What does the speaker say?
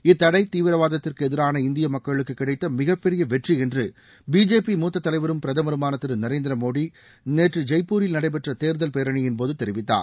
இத்தடை தீவிரவாதத்திற்கு எதிரான இந்திய மக்களுக்கு கிடைத்த மிகப்பெரிய வெற்றி என்று பிஜேபி மூத்த தலைவரும் பிரதமருமான திரு நரேந்திரமோடி நேற்று ஜெய்ப்பூரில் நடைபெற்ற தேர்தல் பேரணியின்போது தெரிவித்தார்